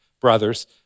brothers